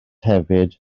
hefyd